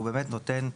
שהוא באמת נותן,